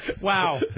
Wow